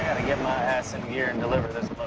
get my ass in gear and deliver this